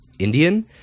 Indian